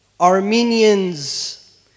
Armenians